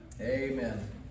Amen